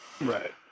Right